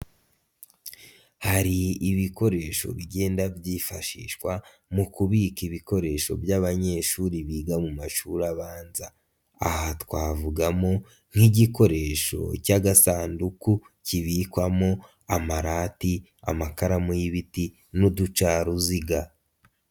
Hari ibikoresho bigenda byifashishwa mu kubika ibikoresho by'abanyeshuri biga mu mashuri abanza, aha twavugamo nk'igikoresho cy'agasanduku kibikwamo amarati, amakaramu y'ibiti n'uducaruziga.